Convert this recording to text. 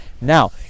Now